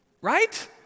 right